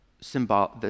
symbol